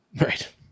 right